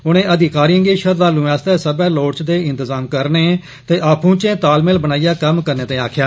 उनें अधिकारिए गी श्रद्वालुएं आस्तै सब्बै लोड़चदे इंतजाम करने ते आपु इचे तालमेल बनाइयै कम्म करने ताईं आक्खेआ